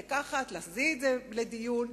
להביא את זה לדיון,